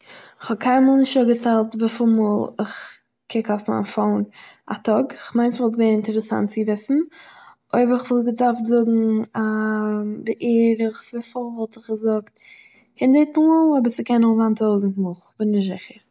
איך האב קיינמאל נישט אפגעציילט וויפיל מאל איך קוק אויף מיין פאון א טאג, איך מיין עס וואלט געווען אינטערעסאנט צו וויסן. אויב איך וואלט געדארפט זאגן א בערך וויפיל וואלט איך געזאגט? הונדערט מאל, אבער ס'קען אויך זיין טויזנט מאל, איך בין נישט זיכער